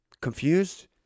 confused